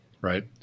right